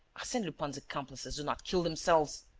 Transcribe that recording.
arsene lupin's accomplices do not kill themselves.